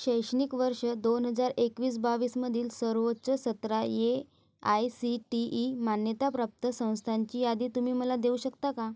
शैक्षणिक वर्ष दोन हजार एकवीस बावीसमधील सर्वोच्च सतरा A I C T E मान्यताप्राप्त संस्थांची यादी तुम्ही मला देऊ शकता का